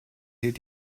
hielt